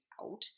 out